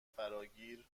فراگیر